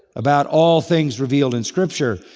about all things revealed in scripture.